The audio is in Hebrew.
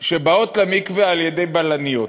שבאות למקווה בבלניות,